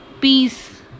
peace